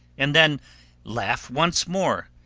and then laugh once more,